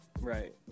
Right